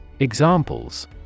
Examples